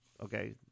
Okay